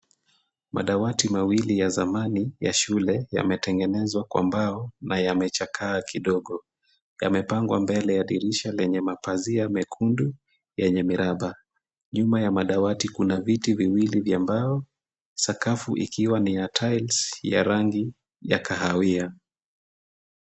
Madawati mawili ya zamani ya shule yametengenezwa kwa mbao na yamechakaa kidogo. Yamepangwa mbele ya dirisha lenye mapazia mekundu yenye miraba. Nyuma ya madawati kuna viti viwili vya mbao, sakafu ikiwa ni ya tiles ya rangi ya kahawia.